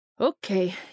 Okay